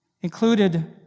included